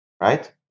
Right